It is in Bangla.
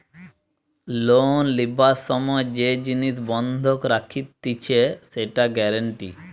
লোন লিবার সময় যে জিনিস বন্ধক রাখতিছে সেটা গ্যারান্টি